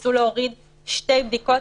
ניסו להוריד שתי בדיקות,